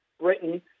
Britain